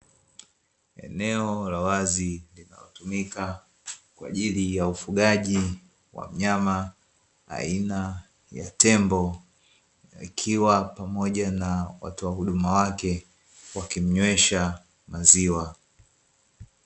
Eneo la wazi linalotumika kwa ajili ya ufugaji wa wanyama aina ya tembo wakiwa pamoja na watoa huduma wake wakimnywesha maziwa.